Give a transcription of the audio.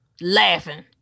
Laughing